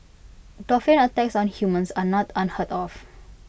dolphin attacks on humans are not unheard of